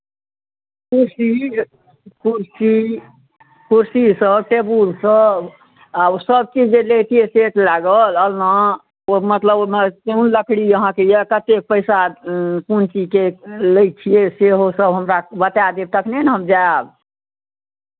कुर्सी कुर्सी कुर्सीसभ टेबुलसभ आ ओसभ चीज जे लेतियै सेट लागल अलना ओ मतलब ओहिमे कोन लकड़ी अहाँकेँ यए कतेक पैसा कोन चीजके लै छियै सेहोसभ हमरा बता देब तखने ने हम जायब